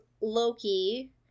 Loki